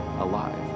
alive